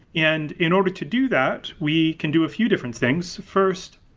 and in order to do that, we can do a few different things. first,